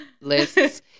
lists